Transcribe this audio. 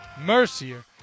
Mercier